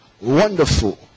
Wonderful